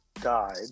died